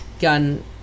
gun